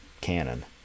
canon